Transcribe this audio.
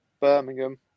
Birmingham